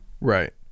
Right